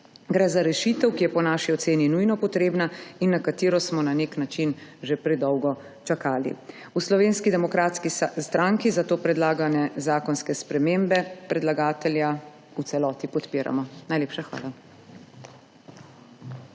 Gre za rešitev, ki je po naši oceni nujno potrebna in na katero smo na nek način že predolgo čakali. V SDS zato predlagane zakonske spremembe predlagatelja v celoti podpiramo. Najlepša hvala.